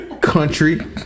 country